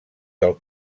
del